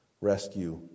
Rescue